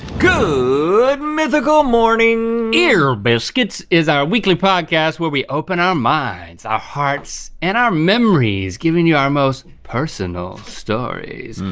good mythical morning. ear biscuits is our weekly podcast where we open our minds, our hearts, and our memories, giving you our most personal stories.